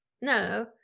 No